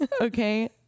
Okay